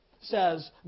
says